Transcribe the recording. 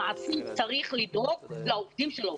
המעסיק צריך לדאוג לעובדים שלו,